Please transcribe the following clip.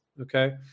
okay